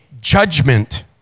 judgment